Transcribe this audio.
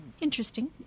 interesting